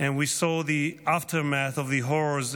ראשית אני רוצה להשתתף בצער משפחות הנרצחים